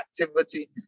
activity